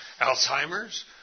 Alzheimer's